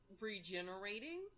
regenerating